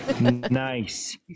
Nice